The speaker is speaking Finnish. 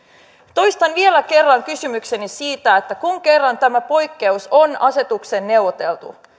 toistan vielä kerran kysymykseni siitä että kun kerran tämä poikkeus on asetukseen neuvoteltu niin